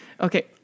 okay